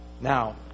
Now